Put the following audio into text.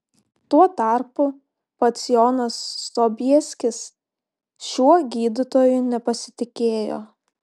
tuo tarpu pats jonas sobieskis šiuo gydytoju nepasitikėjo